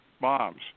bombs